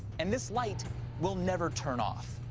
and this light will never turn off.